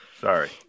sorry